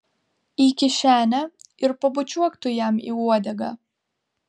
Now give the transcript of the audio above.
į kišenę ir pabučiuok tu jam į uodegą